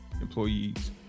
employees